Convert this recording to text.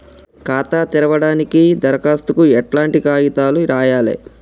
ఖాతా తెరవడానికి దరఖాస్తుకు ఎట్లాంటి కాయితాలు రాయాలే?